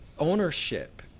ownership